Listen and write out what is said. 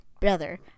Brother